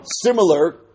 Similar